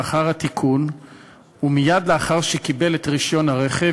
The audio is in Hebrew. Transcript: לאחר התיקון ומייד לאחר שקיבל את רישיון הרכב,